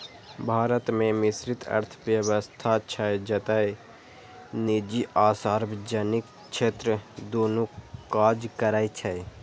भारत मे मिश्रित अर्थव्यवस्था छै, जतय निजी आ सार्वजनिक क्षेत्र दुनू काज करै छै